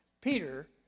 Peter